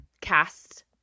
cast